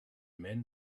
men